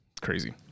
Crazy